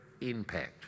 impact